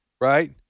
Right